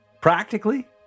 practically